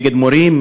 נגד מורים,